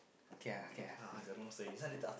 k ah k ah